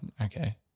Okay